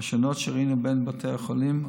לנוכח הפנייה והשונות שראינו בין בתי החולים,